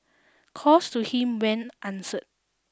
calls to him went answered